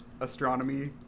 astronomy